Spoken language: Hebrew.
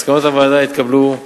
מסקנות הוועדה התקבלו פה-אחד.